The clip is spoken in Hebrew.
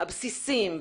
הבסיסים,